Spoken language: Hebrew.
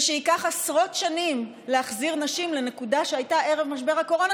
ושייקח עשרות שנים להחזיר נשים לנקודה שהייתה ערב משבר הקורונה,